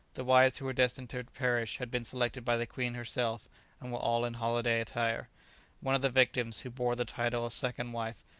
the wives who were destined to perish had been selected by the queen herself and were all in holiday-attire. one of the victims, who bore the title of second wife,